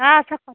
হাঁ চক' ত